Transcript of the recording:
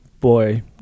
boy